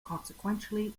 consequently